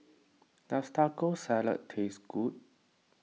does Taco Salad taste good